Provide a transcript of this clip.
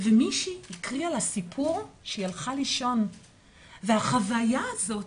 ומישהי הקריאה לה סיפור לפני שינה והחוויה הזאת,